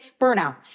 burnout